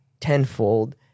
tenfold